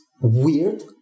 weird